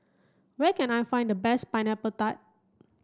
where can I find the best pineapple tart